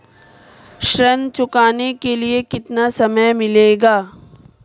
ऋण चुकाने के लिए कितना समय मिलेगा?